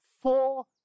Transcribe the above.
Four